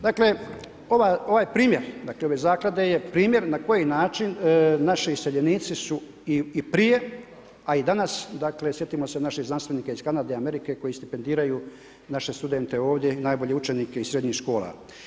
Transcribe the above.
Dakle, ovaj primjer dakle, ove zaklade je primjer na koji način naši iseljenici su i prije, a i danas, dakle, sjetimo se naših znanstvenika iz Kanade i Amerike koji stipendiraju naše studente ovdje, najbolje učenike iz srednjih škola.